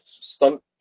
stunt